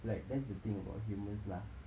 like that's the thing about humans lah